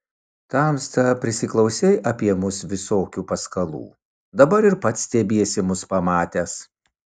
tamsta prisiklausei apie mus visokių paskalų dabar ir pats stebiesi mus pamatęs